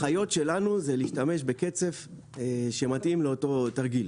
ההנחיות שלנו הן להשתמש בקצף שמתאים לאותו תרגיל.